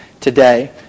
today